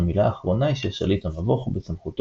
המילה האחרונה היא של שליט המבוך ובסמכותו